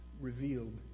revealed